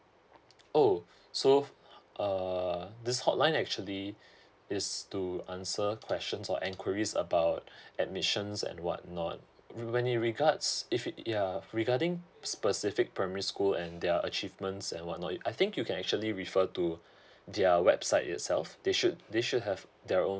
oh so uh this hotline actually is to answer questions or enquiries about admissions and what not when it regards if it yeah regarding specific primary school and their achievements and what not I think you can actually refer to their website itself they should they should have their own